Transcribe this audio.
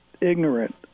ignorant